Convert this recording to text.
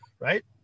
right